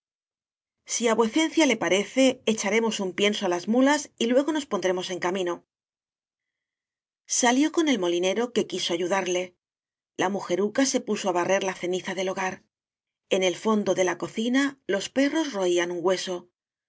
si á vuecencia le parece echaremos un pienso á las muías y luego nos pondremos en camino salió con el molinero que quiso ayudar le la mujeruca se puso á barrer la ceniza del hogar en el fondo de la cocina los perros roían un hueso